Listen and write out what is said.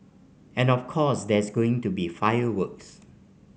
and of course there's going to be fireworks